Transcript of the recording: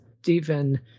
Stephen